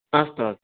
अस्त अस्तु